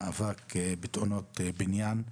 המשנה של ועדת העבודה והרווחה לעניין בטיחות בעבודה.